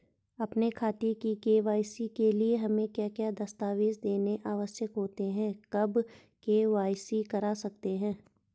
अपने खाते की के.वाई.सी के लिए हमें क्या क्या दस्तावेज़ देने आवश्यक होते हैं कब के.वाई.सी करा सकते हैं?